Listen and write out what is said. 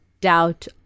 Doubt